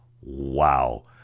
wow